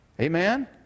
Amen